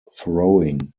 throwing